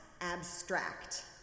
abstract